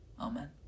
Amen